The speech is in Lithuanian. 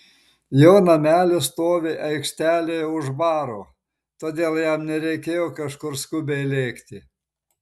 jo namelis stovi aikštelėje už baro todėl jam nereikėjo kažkur skubiai lėkti